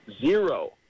Zero